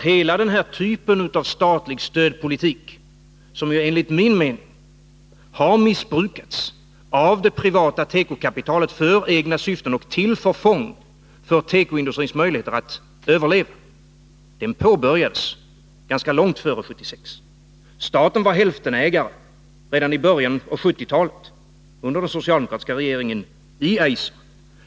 Hela den här typen av statlig stödpolitik, som enligt min mening har missbrukats av det privata tekokapitalet för egna syften och till förfång för tekoindustrins möjligheter att överleva, påbörjades ganska långt före 1976. Staten var hälftenägare i Eiser redan i början av 1970-talet under den socialdemokratiska regeringen.